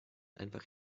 einfach